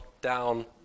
down